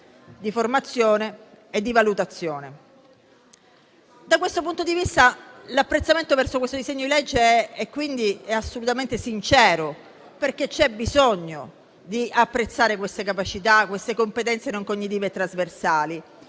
di formazione e di valutazione. Da questo punto di vista, l'apprezzamento verso il disegno di legge in discussione è assolutamente sincero, perché c'è bisogno di apprezzare queste capacità e queste competenze non cognitive e trasversali.